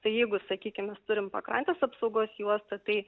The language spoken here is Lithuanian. tai jeigu sakykim mes turim pakrantės apsaugos juostą tai